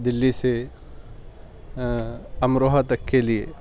دلی سے امروہہ تک کے لیے